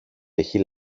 έχει